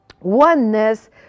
oneness